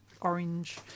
orange